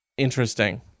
interesting